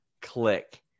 click